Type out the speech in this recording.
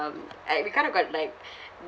um uh we kind of got like